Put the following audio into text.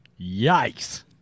yikes